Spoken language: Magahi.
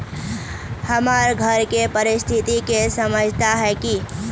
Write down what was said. हमर घर के परिस्थिति के समझता है की?